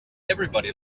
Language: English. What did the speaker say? everybody